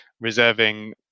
reserving